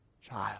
child